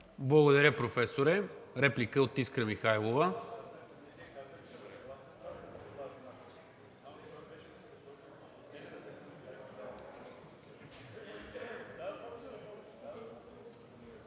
Благодаря, Професоре. Реплика от Искра Михайлова.